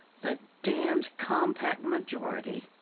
the damned compact majority.